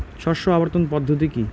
শস্য আবর্তন পদ্ধতি কি?